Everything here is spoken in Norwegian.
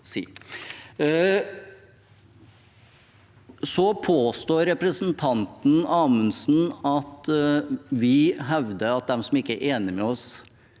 å si. Representanten Amundsen påstår at vi hevder at de som ikke er enige med oss,